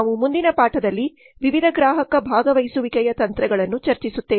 ನಾವು ಮುಂದಿನ ಪಾಠದಲ್ಲಿ ವಿವಿಧ ಗ್ರಾಹಕ ಭಾಗವಹಿಸುವಿಕೆಯ ತಂತ್ರಗಳನ್ನು ಚರ್ಚಿಸುತ್ತೇವೆ